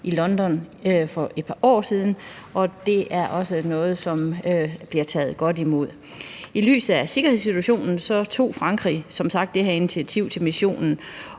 i London for et par år siden, og det er også noget, som bliver taget godt imod. I lyset af sikkerhedssituationen tog Frankrig som sagt det her initiativ til missionen,